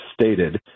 stated